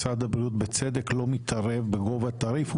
משרד הבריאות בצדק לא מתערב בגובה התעריף,